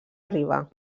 riba